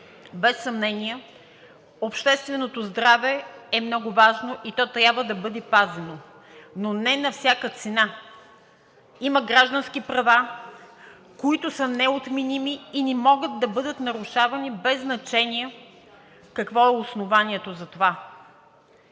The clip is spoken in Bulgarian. Без съмнение общественото здраве е много важно и то трябва да бъде спазено, но не на всяка цена. Има граждански права, които са неотменими и не могат да бъдат нарушавани без значение какво е основанието за това.